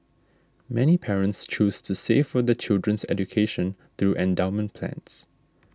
many parents choose to save for their children's education through endowment plans